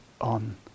on